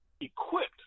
equipped